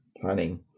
planning